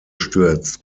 stürzt